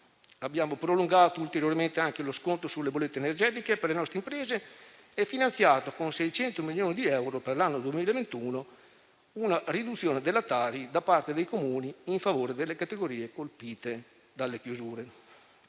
Abbiamo prolungato ulteriormente anche lo sconto sulle bollette energetiche per le nostre imprese e finanziato con 600 milioni di euro per l'anno 2021 una riduzione della Tari da parte dei Comuni in favore delle categorie colpite dalle chiusure.